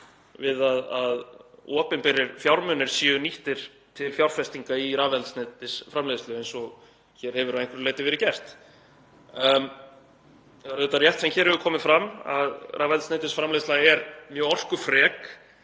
við að opinberir fjármunir séu nýttir til fjárfestinga í rafeldsneytisframleiðslu eins og hér hefur að einhverju leyti verið gert. Það er auðvitað rétt sem hér hefur komið fram að rafeldsneytisframleiðsla er mjög orkufrek